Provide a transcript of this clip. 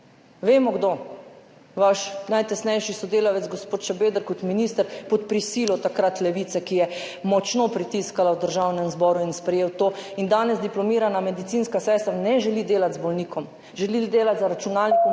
Vemo, kdo, vaš najtesnejši sodelavec gospod Šabeder kot minister, takrat pod prisilo Levice, ki je močno pritiskala v Državnem zboru, in je sprejel to. In danes diplomirana medicinska sestra ne želi delati z bolnikom, želi delati za računalnikom